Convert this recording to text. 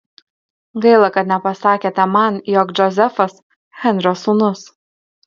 gaila kad nepasakėte man jog džozefas henrio sūnus